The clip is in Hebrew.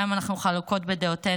גם אם אנחנו חלוקות בדעותינו,